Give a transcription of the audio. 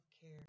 care